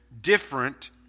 different